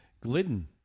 Glidden